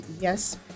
Yes